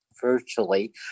virtually